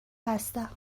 هستم